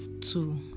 two